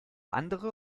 andere